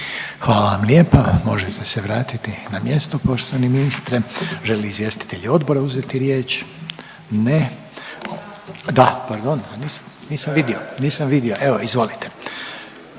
Hvala vam lijepa, možete se vratiti na mjesto poštovani ministre. Žele li izvjestitelji odbora uzeti riječ? Ne. Da, pardon nisam vidio, nisam vidio evo izvolite.